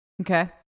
Okay